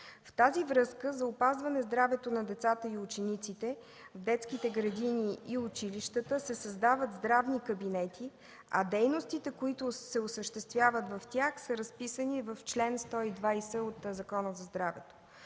В тази връзка за опазване здравето на децата и учениците в детските градини и училищата се създават здравни кабинети, а дейностите, които се осъществяват в тях, са разписани в чл. 120 от Закона за здравето.